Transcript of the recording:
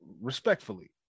respectfully